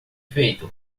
feito